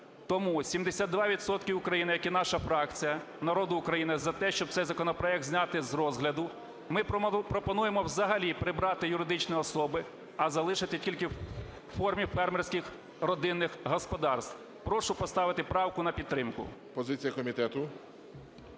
відсотки України, як і наша фракція, народу України, за те, щоб цей законопроект зняти з розгляду. Ми пропонуємо взагалі прибрати юридичні особи, а залишити тільки в формі фермерських родинних господарств. Прошу поставити правку на підтримку. ГОЛОВУЮЧИЙ. Позиція комітету.